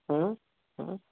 ହୁଁ ହୁଁ